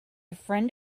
friend